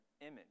image